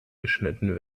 geschnitten